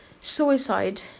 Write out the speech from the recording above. Suicide